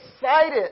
excited